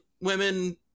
women